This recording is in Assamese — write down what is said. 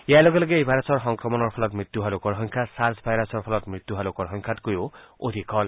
ইয়াৰ লগে লগে লগে এই ভাইৰাছৰ সংক্ৰমণৰ ফলত মৃত্যু হোৱা লোকৰ সংখ্যা ছাৰ্ছ ভাইৰাছৰ ফলত মৃত্যু হোৱা লোকৰ সংখ্যাতকৈ অধিক হল